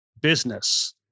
business